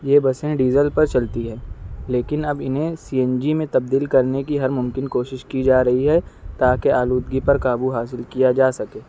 یہ بسیں ڈیزل پر چلتی ہے لیکن اب انہیں سی این جی میں تبدیل کرنے کی ہر ممکن کوشش کی جا رہی ہے تاکہ آلودگی پر قابو حاصل کیا جا سکے